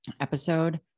episode